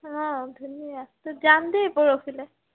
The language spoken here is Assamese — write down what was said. অঁ ধুনীয়া তো যাম দেই পৰহিলৈ